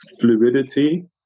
fluidity